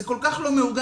זה כל כך לא מעוגן.